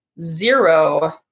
zero